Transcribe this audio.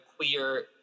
queer